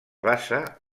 basa